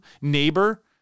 neighbor